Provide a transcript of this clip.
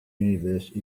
universe